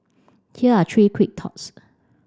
here are three quick thoughts